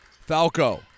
Falco